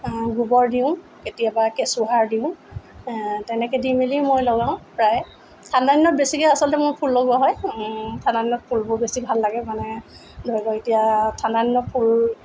গোবৰ দিওঁ কেতিয়াবা কেঁচু সাৰ দিওঁ তেনেকৈ দি মেলি মই লগাওঁ প্ৰায়ে ঠাণ্ডা দিনত বেছিকৈ আচলতে মোৰ ফুল লগোৱা হয় ঠাণ্ডা দিনত ফুলবোৰ বেছি ভাল লাগে মানে ধৰি লওক এতিয়া ঠাণ্ডা দিনত ফুল